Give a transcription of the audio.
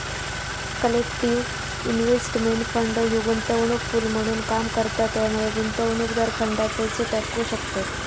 collective investment fund ह्यो गुंतवणूक pool म्हणून काम करता त्यामुळे गुंतवणूकदार फंडात पैसे टाकू शकतत